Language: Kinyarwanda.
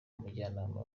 mujyanama